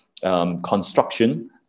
construction